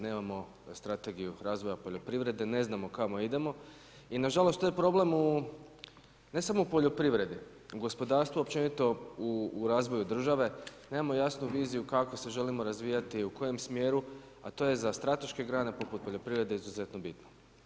Nemamo strategiju razvoja poljoprivrede, ne znamo kamo idemo i nažalost, to je problem u ne samo u poljoprivredi, gospodarstvo općenito u razvoju države, nemamo jasnu viziju kako se želimo razvijati, u kojem smjeru, a to je za strateške grane poput poljoprivrede izuzetno bitno.